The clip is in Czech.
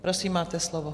Prosím, máte slovo.